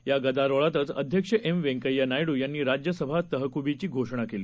यागदारोळातचअध्यक्षएमव्यंकय्यानायडूयांनीराज्यसभातहकुबीचीघोषणाकेली